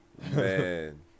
Man